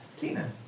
Tina